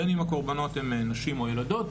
בין אם הקורבנות הן נשים או ילדות,